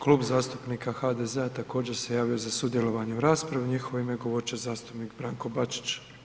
Klub zastupnika HDZ-a također se javio za sudjelovanje u raspravi, u njihovo ime govorit će zastupnik Branko Bačić.